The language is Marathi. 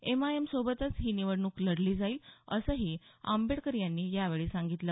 एमआयएमसोबतच ही निवडणूक लढली जाईल असंही आंबेडकर यांनी यावेळी सांगितलं